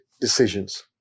decisions